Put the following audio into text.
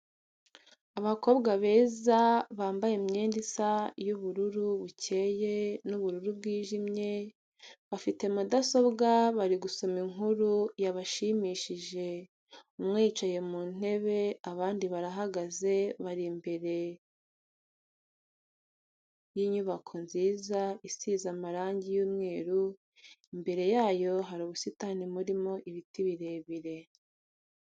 Abakobwa beza bambaye imyenda isa y'ubururu bukeye n'ubururu bwijimye, bafite mudasobwa bari gusoma inkuru yabashimishije, umwe yicaye mu ntebe abandi barahagaze, bari imbere y'inybako nziza isize amarangi y'umweru, imbere yayo hari ubusitani burimo ibiti birebire.